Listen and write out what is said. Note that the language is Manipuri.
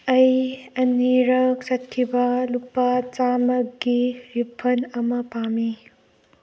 ꯑꯩ ꯑꯅꯤꯔꯛ ꯆꯠꯈꯤꯕ ꯂꯨꯄꯥ ꯆꯥꯃꯒꯤ ꯔꯤꯐꯟ ꯑꯃ ꯄꯥꯝꯃꯤ